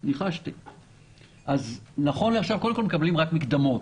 נכון לעכשיו מקבלים רק מקדמות.